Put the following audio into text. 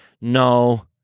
No